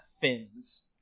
fins